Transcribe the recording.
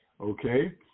okay